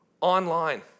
online